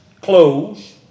close